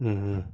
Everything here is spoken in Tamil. ம் ம்